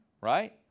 right